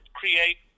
create